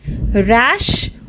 rash